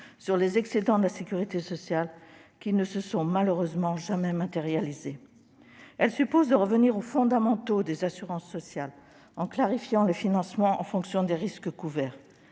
sur des excédents de la sécurité sociale qui ne se sont malheureusement jamais matérialisés. Elle suppose de revenir aux fondamentaux des assurances sociales, en clarifiant les financements en fonction des risques couverts